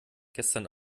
gestern